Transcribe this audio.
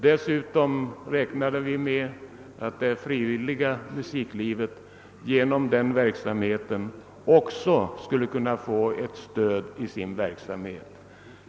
Dessutom räknade vi med att det frivilliga musiklivet skulle kunna få ett stöd i sin verksamhet.